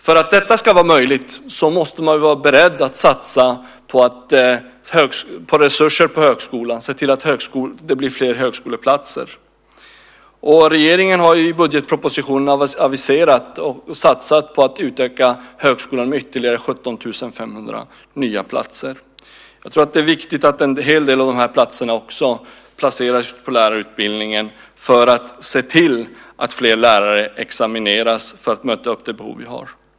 För att detta ska vara möjligt måste man vara beredd att satsa på resurser till högskolan och se till att det blir fler högskoleplatser. Regeringen har i budgetpropositionen aviserat att man ska satsa på att utöka högskolan med ytterligare 17 500 nya platser. Jag tror att det är viktigt att en hel del av dessa platser också skapas på lärarutbildningen för att man ska se till att fler lärare examineras för att möta det behov som finns.